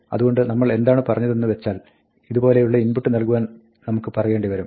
അതുകൊണ്ട് നമ്മൾ എന്താണ് പറഞ്ഞതെന്നു വെച്ചാൽ ഇതുപോലെയുള്ള ഇൻപുട്ട് നൽകുവാൻ നമുക്ക് പറയേണ്ടി വരും